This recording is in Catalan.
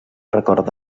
record